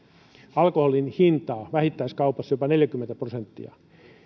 alkoholin hintaa vähittäiskaupassa jopa neljäkymmentä prosenttia